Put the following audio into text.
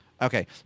Okay